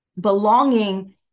belonging